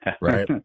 Right